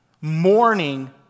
Mourning